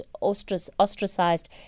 ostracized